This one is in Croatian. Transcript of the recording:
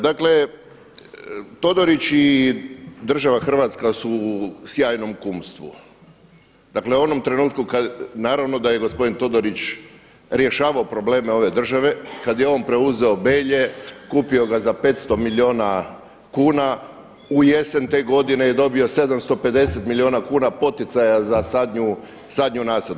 Dakle Todorić i država Hrvatska su u sjajnom kumstvu, dakle u onom trenutku kad, naravno da je gospodin Todorić rješavao probleme ove države kada je on preuzeo Belje, kupio ga za 500 milijuna kuna u jesen te godine je dobio 750 milijuna kuna poticaja za sadnju nasada.